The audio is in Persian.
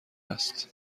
است